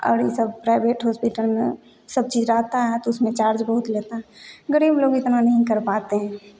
और ये सब प्राइवेट हॉस्पिटल में सब चीज रहता है तो उसमें चार्ज बहुत लेता है गरीब लोग इतना नहीं कर पाते हैं